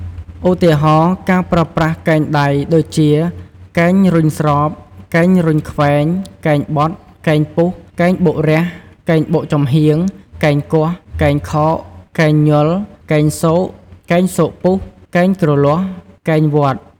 ឧទាហរណ៍ ការប្រើប្រាសកែងដៃដូចជា កែងរុញស្រប កែងរុញខ្វែង កែងបត់ កែងពុះ កែងបុករះ កែងបុកចំហៀង កែងគាស់ កែងខោក កែងញុល កែងស៊ក កែងស៊កពុះ កែងគ្រលាស់ កែងវាត់ ....។